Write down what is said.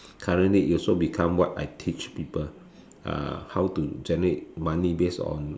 currently it also become what I teach people uh how to generate money based on